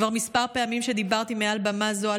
כבר כמה פעמים דיברתי מעל במה זו על